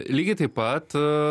lygiai taip pat